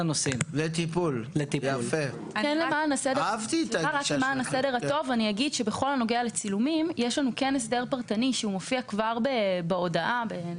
אכיפה, יצרף המפקח את הצילום כבר להודעה עצמה.